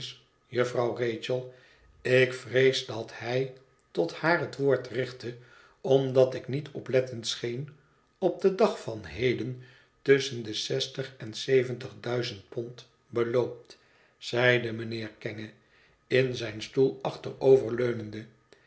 rachel ik vrees dat hij tot haar het woord richtte omdat ik niet oplettend scheen op den dag van heden tusschen de zestig en zeventig duizend pond beloopt zeide mijnheer kenge in zijn stoel